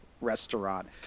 restaurant